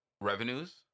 revenues